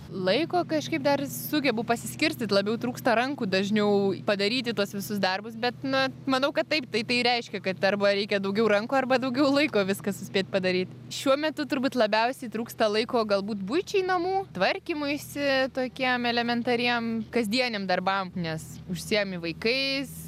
laiko kažkaip dar sugebu pasiskirstyt labiau trūksta rankų dažniau padaryti tuos visus darbus bet na manau kad taip tai tai reiškia kad arba reikia daugiau rankų arba daugiau laiko viską suspėt padaryt šiuo metu turbūt labiausiai trūksta laiko galbūt buičiai namų tvarkymuisi tokiem elementariem kasdieniam darbam nes užsiėmi vaikais